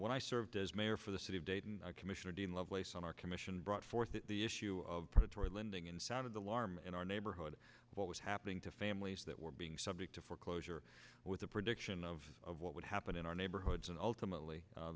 when i served as mayor for the city of dayton commissioner dean lovelace on our commission brought forth the issue of predatory lending and sounded the alarm in our neighborhood what was happening to families that were being subject to foreclosure with a prediction of what would happen in our neighborhoods and ultimately